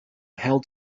held